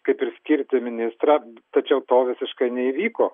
kaip ir skirti ministrą tačiau to visiškai neįvyko